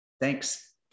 Thanks